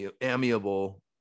amiable